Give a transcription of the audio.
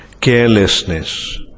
carelessness